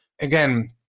Again